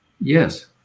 Yes